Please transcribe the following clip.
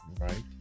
right